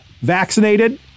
vaccinated